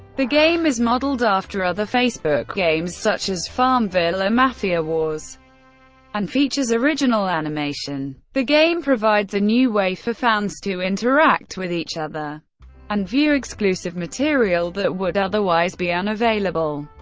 the game is modeled after other facebook games such as farmville or mafia wars and features original animation. the game provides a new way for fans to interact with each other and view exclusive material that would otherwise be unavailable.